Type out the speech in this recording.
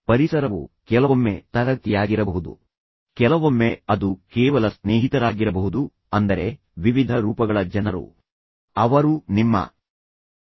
ಪರಿಸರವು ಕೆಲವೊಮ್ಮೆ ತರಗತಿಯಾಗಿರಬಹುದು ಕೆಲವೊಮ್ಮೆ ಅದು ಕೇವಲ ಸ್ನೇಹಿತರಾಗಿರಬಹುದು ಅಂದರೆ ವಿವಿಧ ರೂಪಗಳ ಜನರು ಅವರು ನಿಮ್ಮ ಶಿಕ್ಷಕರಾಗಿರಬಹುದು ನಿಮ್ಮವರಾಗಿರಬಹುದು ಶತ್ರುಗಳೂ ಆಗಿರಬಹುದು